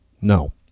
No